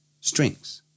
strings